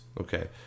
Okay